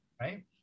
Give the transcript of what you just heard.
right